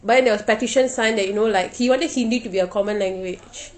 but then there was petition signed that you know like he wanted hindi to be a common language